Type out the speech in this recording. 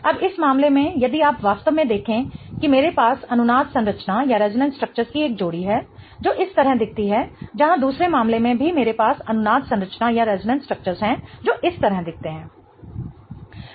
अब इस मामले में यदि आप वास्तव में देखें कि मेरे पास अनुनाद संरचना की एक जोड़ी है जो इस तरह दिखती है जहां दूसरे मामले में भी मेरे पास अनुनाद संरचना है जो इस तरह दिखती है